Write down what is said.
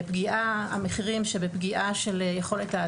הפגיעה של יכולת האדם